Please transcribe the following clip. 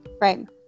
right